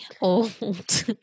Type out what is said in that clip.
old